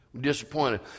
Disappointed